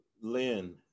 Lynn